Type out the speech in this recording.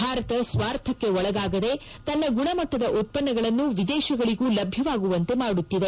ಭಾರತ ಸ್ವಾರ್ಥಕ್ಕೆ ಒಳಗಾಗದೆ ತನ್ನ ಗುಣಮಟ್ಟದ ಉತ್ಪನ್ನಗಳನ್ನು ವಿದೇಶಗಳಗೂ ಲಭ್ಯವಾಗುವಂತೆ ಮಾಡುತ್ತಿದೆ